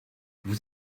vous